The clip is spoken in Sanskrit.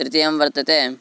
तृतीयं वर्तते